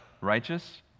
righteous